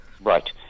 Right